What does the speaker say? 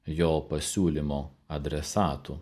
jo pasiūlymo adresatu